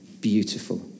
beautiful